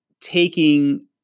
taking